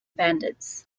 bandits